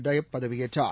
tie up பதவியேற்றார்